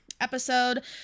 episode